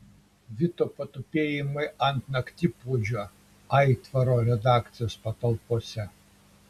vito patupėjimai ant naktipuodžio aitvaro redakcijos patalpose